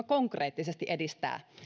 konkreettisesti edistää